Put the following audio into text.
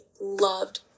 loved